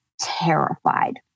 terrified